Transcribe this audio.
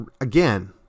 again